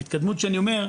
ההתקדמות שאני אומר,